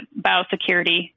biosecurity